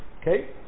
Okay